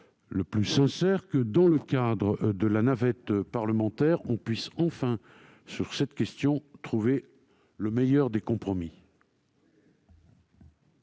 le plus sincère est que, dans le cadre de la navette parlementaire, on puisse enfin trouver, sur cette question, le meilleur des compromis.